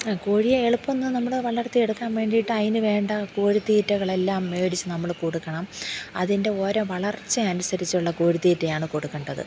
കോഴിയെ എളുപ്പമെന്ന് നമ്മൾ വളർത്തിയെടുക്കാൻ വേണ്ടിയിട്ട് അതിന് വേണ്ട കോഴിത്തീറ്റകളെല്ലാം മേടിച്ചു നമ്മൾ കൊടുക്കണം അതിൻ്റെ ഓരോ വളർച്ച അനുസരിച്ചുള്ള കോഴിത്തീറ്റയാണ് കൊടുക്കേണ്ടത്